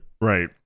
Right